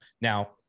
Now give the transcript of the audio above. Now